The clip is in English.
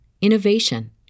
innovation